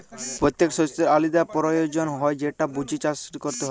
পত্যেকট শস্যের আলদা পিরয়োজন হ্যয় যেট বুঝে চাষট ক্যরতে হয়